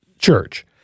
church